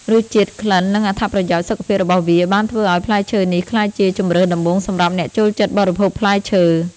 រសជាតិ ក្លិន និងអត្ថប្រយោជន៍សុខភាពរបស់វាបានធ្វើឲ្យផ្លែឈើនេះក្លាយជាជម្រើសដំបូងសម្រាប់អ្នកចូលចិត្តបរិភោគផ្លែឈើ។